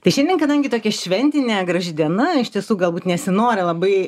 tai šiandien kadangi tokia šventinė graži diena iš tiesų galbūt nesinori labai